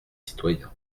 citoyens